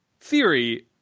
theory